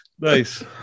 nice